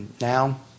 now